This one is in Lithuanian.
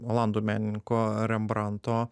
olandų menininko rembranto